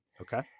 Okay